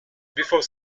before